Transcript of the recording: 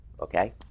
okay